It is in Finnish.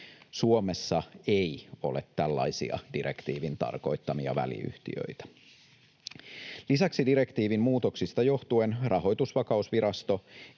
Suomessa ei ole tällaisia direktiivin tarkoittamia väliyhtiöitä. Lisäksi direktiivin muutoksista johtuen Rahoitusvakausvirasto